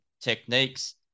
techniques